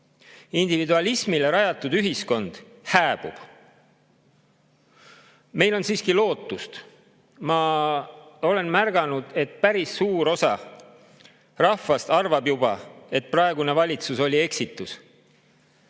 Individualismile rajatud ühiskond hääbub. Meil on siiski lootust. Ma olen märganud, et päris suur osa rahvast arvab juba, et praegune valitsus oli eksitus.